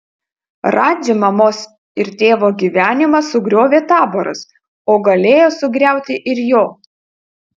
radži mamos ir tėvo gyvenimą sugriovė taboras o galėjo sugriauti ir jo